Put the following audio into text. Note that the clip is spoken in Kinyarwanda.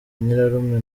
nyirarume